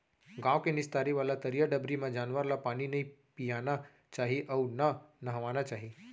गॉँव के निस्तारी वाला तरिया डबरी म जानवर ल पानी नइ पियाना चाही अउ न नहवाना चाही